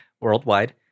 Worldwide